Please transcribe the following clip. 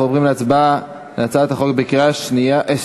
אנחנו עוברים להצבעה על הצעת החוק בקריאה שלישית.